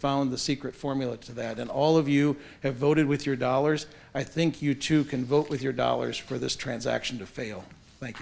found the secret formula to that and all of you have voted with your dollars i think you too can vote with your dollars for this transaction to fail